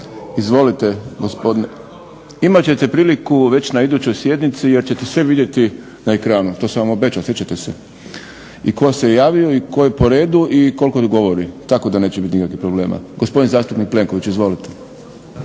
Izvolite, gospodine, imat ćete priliku već na sljedećoj sjednici jer ćete sve vidjeti na ekranu, to sam vam obećao sjećate se. I tko se javio i tko je po redu i koliko govori tako da neće biti nikakvih problema. Gospodin zastupnik Plenković, izvolite.